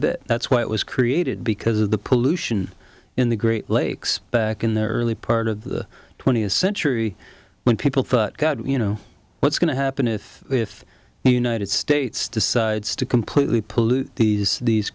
bit that's why it was created because of the pollution in the great lakes back in the early part of the twentieth century when people first got you know what's going to happen if if the united states decides to completely pollute these these